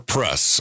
Press